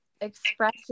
express